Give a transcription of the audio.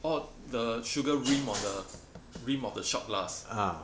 orh the sugar rim on the rim of the shot glass